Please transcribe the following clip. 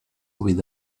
with